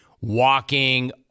walking